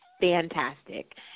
fantastic